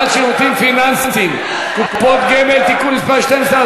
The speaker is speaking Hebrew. שירותים פיננסיים (קופות גמל) (תיקון מס' 12),